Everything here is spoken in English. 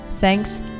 Thanks